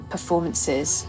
Performances